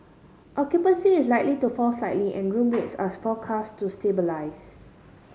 occupancy is likely to fall slightly and room rates are forecast to stabilise